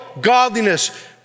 godliness